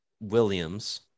Williams